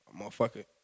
motherfucker